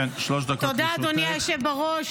תודה, אדוני היושב בראש.